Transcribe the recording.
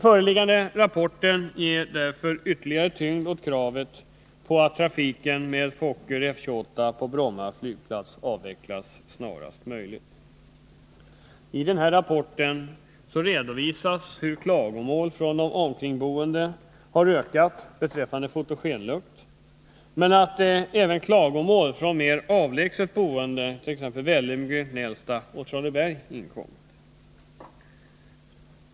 Föreliggande rapport ger därför ytterligare tyngd åt kravet på att trafiken med Fokker F-28 på Bromma flygplats avvecklas snarast möjligt.” I den här rapporten redovisas hur klagomål från de omkringboende har ökat beträffande fotogenlukt men att även klagomål från mer avlägset boende, i t.ex. Vällingby, Nälsta och Traneberg, har inkommit.